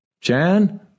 Jan